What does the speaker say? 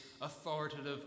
authoritative